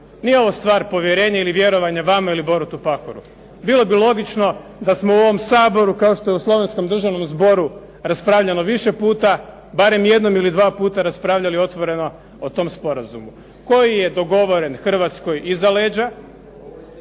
nije ovo stvar povjerenja ili vjerovanje vama ili Borutu Pahoru. Bilo bi logično da smo u ovom Saboru, kao što je Slovenskom državnom zboru raspravljeno više puta, barem jednom ili dva puta raspravljali otvoreno o tom sporazumu, koji je dogovoren Hrvatskoj iza leđa